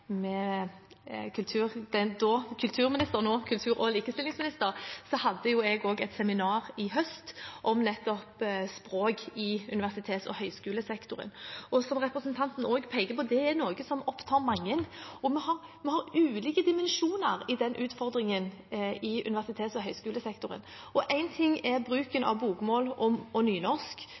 med henne hadde jeg et seminar i høst om nettopp språk i universitets- og høyskolesektoren. Som representanten også peker på, er det noe som opptar mange, og det er ulike dimensjoner i den utfordringen i universitets- og høyskolesektoren. Én ting er bruken av bokmål